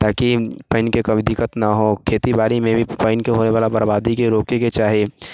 ताकि पाइनके कभी दिक्कत न हो खेती बाड़ीमे भी पानिके होइबला बरबादीके रोकैके चाही